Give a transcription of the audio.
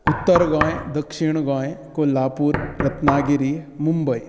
उत्तर गोंय दक्षिण गोंय कोल्हापूर रत्नागिरी मुंबय